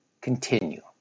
continue